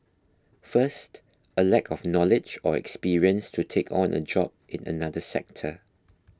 first a lack of knowledge or experience to take on a job in another sector